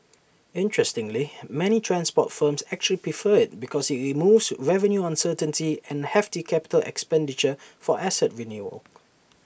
interestingly many transport firms actually prefer IT because IT removes revenue uncertainty and hefty capital expenditure for asset renewal